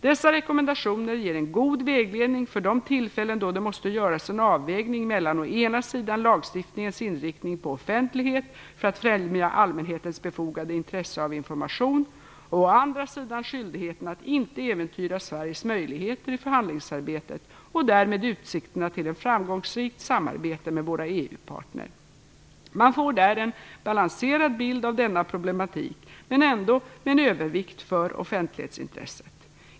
Dessa rekommendationer ger en god vägledning för de tillfällen då det måste göras en avvägning mellan å ena sidan lagstiftningens inriktning på offentlighet för att främja allmänhetens befogade intresse av information och å andra sidan skyldigheten att inte äventyra Sveriges möjligheter i förhandlingsarbetet och därmed utsikterna till ett framgångsrikt samarbete med våra EU-partner. Man får där en balanserad bild av denna problematik men ändå med en övervikt för offentlighetsintresset.